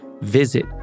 visit